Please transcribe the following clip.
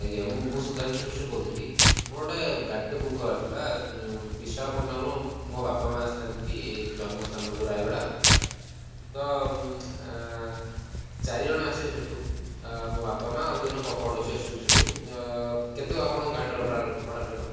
ଆଜ୍ଞା ମୁଁ ମୁଁ ସୁଧାଂଶ ମିଶ୍ର କହୁଥିଲି ମୋର୍ ଗୋଟେ ଗାଡ଼ିଟେ ବୁକ୍ ହେବାର ଥିଲା ବିଶାଖାପାଟଣାରୁ ମୋ ବାପା ମାଆ ଆସିଥାନ୍ତି ଏଇ ଯୋଉ ଜନ୍ମସ୍ଥାନକୁ ରାୟଗଡ଼ା ତ ଚାରିଜଣ ଆସିବ ସେଠୁ ମୋ ବାପା ମାଆ ଆଉ ଦୁଇ ଜଣ ପଡ଼ୋଶୀ ଆସୁଛନ୍ତି ସେଠୁ କେତେ ଆପଣଙ୍କ ଗାଡ଼ିରେ ଭଡ଼ା ଭଡ଼ା ରହିବ